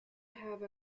have